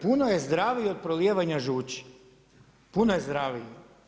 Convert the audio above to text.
Puno je zdraviji od prolijevanja žuči, puno je zdraviji.